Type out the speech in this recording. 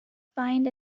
find